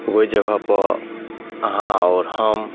ओहि जगहपर अहाँ आओर हम